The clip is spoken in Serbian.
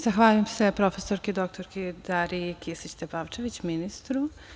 Zahvaljujem se prof. dr Dariji Kisić Tepavčević, ministru.